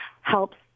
helps